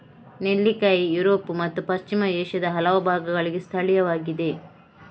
ನೆಲ್ಲಿಕಾಯಿ ಯುರೋಪ್ ಮತ್ತು ಪಶ್ಚಿಮ ಏಷ್ಯಾದ ಹಲವು ಭಾಗಗಳಿಗೆ ಸ್ಥಳೀಯವಾಗಿದೆ